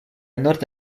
nord